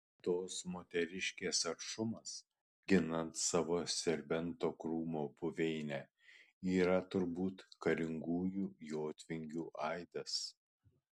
tos moteriškės aršumas ginant savo serbento krūmo buveinę yra turbūt karingųjų jotvingių aidas